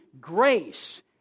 Grace